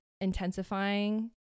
intensifying